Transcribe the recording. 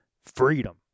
freedom